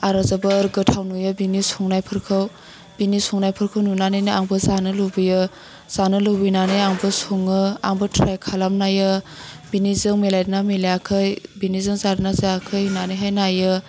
आरो जोबोर गोथाव नुयो बिनि संनायफोरखौ बिनि संनायफोरखौ नुनानैनो आंबो जानो लुबैयो जानो लुबैनानै आंबो सङो आंबो ट्राइ खालामनाइयो बिनिजों मिलायदोंना मिलायाखै बिनिजों जादोंना जायाखै होन्नानैहाय नाइयो